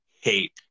hate